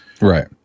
Right